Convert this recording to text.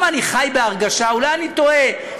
אולי אני טועה,